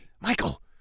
Michael